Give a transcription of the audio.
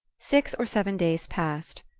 six or seven days passed.